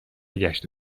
گشت